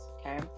okay